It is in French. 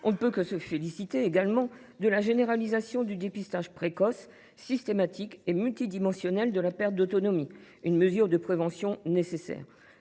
également que se féliciter de la généralisation du dépistage précoce, systématique et multidimensionnel de la perte d’autonomie, une mesure de prévention nécessaire.